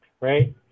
right